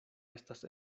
estas